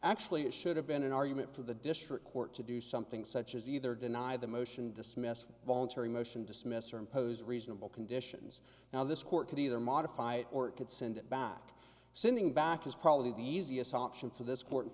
actually it should have been an argument for the district court to do something such as either deny the motion dismiss voluntary motion dismiss or impose reasonable conditions now this court could either modify it or it could send it back to sending back is probably the easiest option for this court